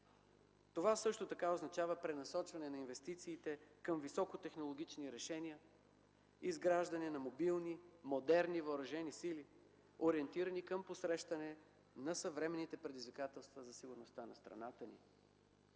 Това също така означава пренасочване на инвестициите към високотехнологични решения, изграждане на мобилни, модерни въоръжени сили, ориентирани към посрещане на съвременните предизвикателства за сигурността на страната ни.